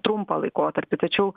trumpą laikotarpį tačiau